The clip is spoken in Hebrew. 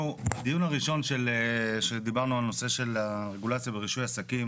אנחנו בדיון הראשון שדיברנו על נושא של רגולציה ורישוי עסקים